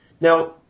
Now